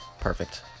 Perfect